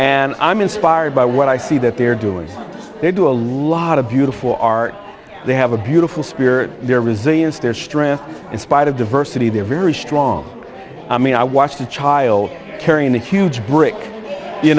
and i'm inspired by what i see that they're doing they do a lot of beautiful art they have a beautiful spirit their resilience their strength in spite of diversity they're very strong i mean i watched a child carrying a huge brick you